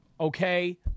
okay